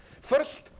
First